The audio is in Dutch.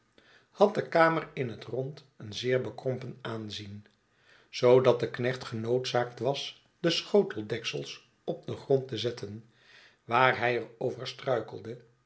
had de kamer in het rond een zeer bekrompen aanzien zoodat de knecht genoodzaakt was de schoteldeksels op den grond te zetten